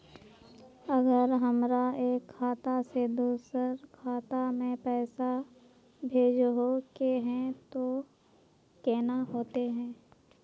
अगर हमरा एक खाता से दोसर खाता में पैसा भेजोहो के है तो केना होते है?